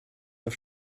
auf